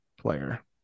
player